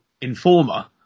informer